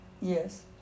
Yes